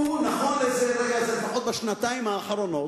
הוא, נכון לרגע זה, לפחות בשנתיים האחרונות,